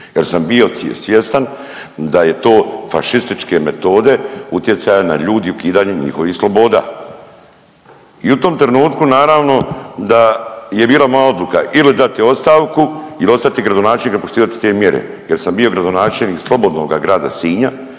jer sam bio svjestan da je to fašističke metode utjecaja na ljudi ukidanje njihovih sloboda i u tom trenutku naravno da je bila moja odluka, ili dati ostavku ili ostati gradonačelnik i ne poštivati te mjere jer sam bio gradonačelnik slobodnoga grada Sinja